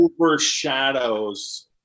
overshadows